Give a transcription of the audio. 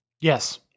Yes